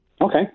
okay